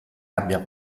abbia